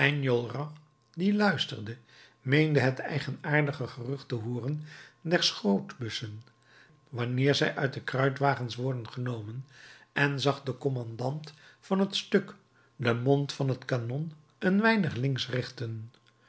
die luisterde meende het eigenaardig gerucht te hooren der schrootbussen wanneer zij uit de kruitwagens worden genomen en zag den kommandant van het stuk den mond van het kanon een weinig links richten